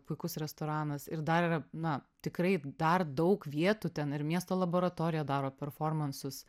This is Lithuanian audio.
puikus restoranas ir dar yra na tikrai dar daug vietų ten ir miesto laboratorija daro performansus